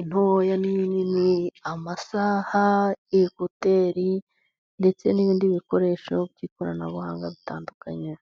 intoya n'inini, amasaha, ekuteri, ndetse n'ibindi bikoresho by'ikoranabuhanga bitandukanye.